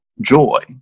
joy